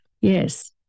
yes